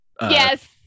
Yes